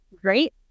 great